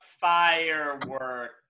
Firework